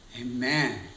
Amen